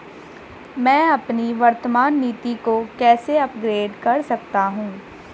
मैं अपनी वर्तमान नीति को कैसे अपग्रेड कर सकता हूँ?